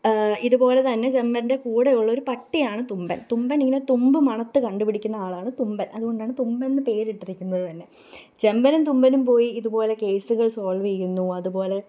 ഇതുപോലെ തന്നെ ജമ്പന്റെ കൂടെയുള്ള ഒരു പട്ടിയാണ് തുമ്പന് തുമ്പൻ ഇങ്ങനെ തുമ്പ് മണത്ത് കണ്ട് പിടിക്കുന്ന ആളാണ് തുമ്പന് അതുകൊണ്ടാണ് തുമ്പന് എന്ന് പേരിട്ടിരിക്കുന്നത് തന്നെ ജമ്പനും തുമ്പനും പോയി ഇതുപോലെ കേസുകള് സോള്വ് ചെയ്യുന്നു അതു പോലെ